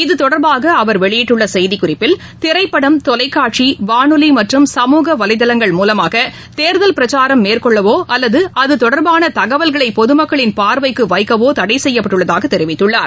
இத்தொடர்பாகஅவர் வெளியிட்டுள்ளசெய்திக்குறிப்பில் திரைப்படம் தொலைக்காட்சி வானொலிமற்றும் சமூகவலதளங்கள் மூலமாகதேர்தல் பிரச்சாரம் மேற்கொள்ளவோ அல்லதுஅதுதொடர்பானதகவல்களைபொதுமக்களின் பார்வைக்குவைக்கவோதடைசெய்யப்பட்டுள்ளதாகதெரிவித்துள்ளார்